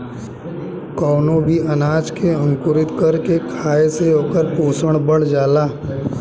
कवनो भी अनाज के अंकुरित कर के खाए से ओकर पोषण बढ़ जाला